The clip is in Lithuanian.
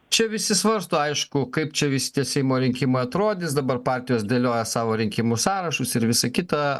čia visi svarsto aišku kaip čia visi tie seimo rinkimai atrodys dabar partijos dėlioja savo rinkimų sąrašus ir visą kitą